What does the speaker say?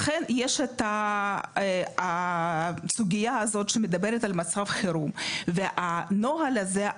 לכן יש את הסוגייה הזאת שמדברת על מצב חירום והנוהל הזה,